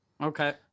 okay